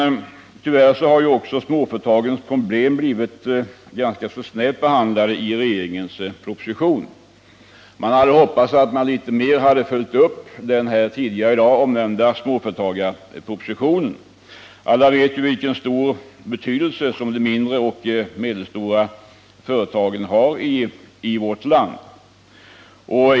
Herr talman! Tyvärr har småföretagens problem blivit ganska snävt behandlade i propositionen. Man hade hoppats att regeringen litet mer skulle ha följt upp den tidigare i dag nämnda småföretagarpropositionen. Alla vet ju vilken stor betydelse som de mindre och medelstora företagen har i vårt land.